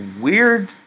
weird